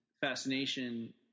fascination